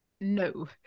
No